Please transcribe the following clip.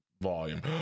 volume